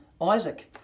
Isaac